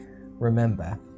Remember